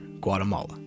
Guatemala